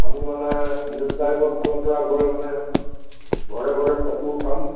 আমি মানে নিউজ লাইভৰ ফালৰ পৰা গৈ মানে ঘৰে ঘৰে ফটো উঠাম